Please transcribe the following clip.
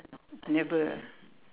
never ah